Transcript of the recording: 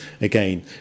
again